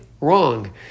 wrong